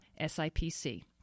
SIPC